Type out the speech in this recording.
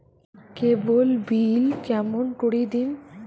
কেবল bill কেমন করি দিম?